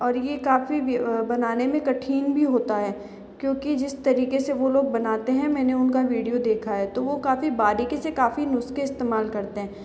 और ये काफ़ी बी बनाने में कठिन भी होता है क्योंकि जिस तरीके से वो लोग बनाते हैं मैंने उसका वीडियो देखा है तो वो काफ़ी बारीकी से काफी नुस्खे इस्तेमाल करते हैं